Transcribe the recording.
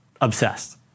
obsessed